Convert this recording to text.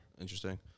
Interesting